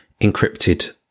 encrypted